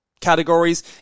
categories